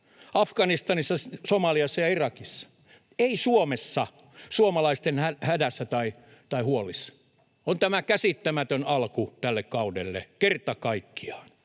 Afganistanissa, Somaliassa ja Irakissa, ei Suomessa, suomalaisten hädässä tai huolissa. On tämä käsittämätön alku tälle kaudelle kerta kaikkiaan.